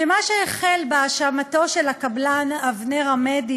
שמה שהחל בהאשמתו של הקבלן אבנר עמדי